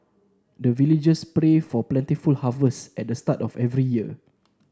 the villagers pray for plentiful harvest at the start of every year